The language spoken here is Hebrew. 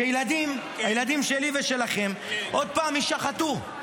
שהילדים שלי ושלכם יישחטו עוד פעם.